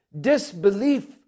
Disbelief